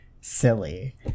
silly